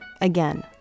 Again